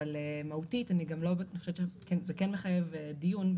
אבל מהותית, אני גם חושבת שזה כן מחייב דיון.